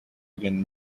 again